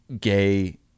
gay